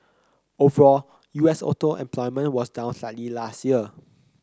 overall U S auto employment was down slightly last year